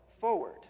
forward